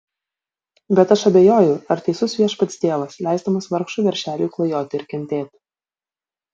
bet aš abejoju ar teisus viešpats dievas leisdamas vargšui veršeliui klajoti ir kentėti